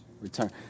return